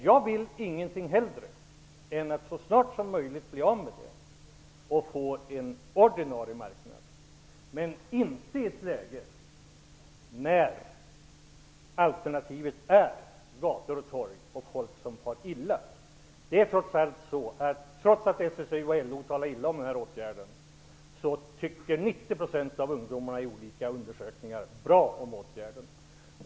Jag vill dock ingenting hellre än att så snart som möjligt bli av med ungdomspraktiken och i stället få ut ungdomarna på den ordinarie marknaden. Men det kan inte ske i ett läge när alternativet är att ungdomar får vistas på gator och torg och människor far illa. Trots att SSU och LO talar illa om åtgärden, så tycker 90 % av ungdomarna i olika undersökningar bra om åtgärden.